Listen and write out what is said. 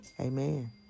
amen